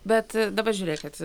bet dabar žiūrėkit